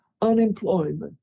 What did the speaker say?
unemployment